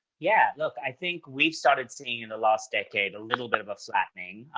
yeah, look, i think we've started seeing in the last decade, a little bit of a flattening.